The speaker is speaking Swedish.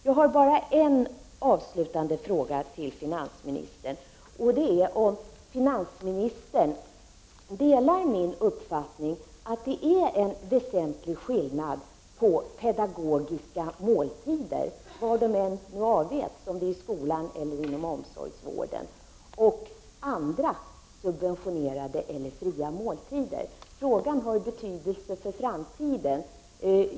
Jag har bara en avslutande fråga till finansministern, och det är om finansministern delar min uppfattning att det är en väsentlig skillnad mellan pedagogiska måltider, var de än förekommer — inon skolan eller inom omsorgen — och andra subventionerade eller fria måltider. Frågan har betydelse för framtiden.